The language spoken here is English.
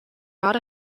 not